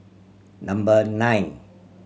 number nine